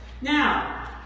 Now